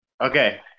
Okay